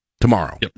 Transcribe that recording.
tomorrow